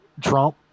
Trump